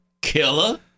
Killer